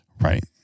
Right